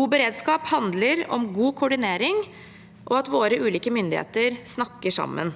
God beredskap handler om god koordinering og at våre ulike myndigheter snakker sammen.